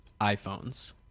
iPhones